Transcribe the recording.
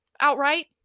outright